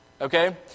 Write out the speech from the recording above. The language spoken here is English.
okay